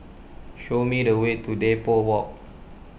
show me the way to Depot Walk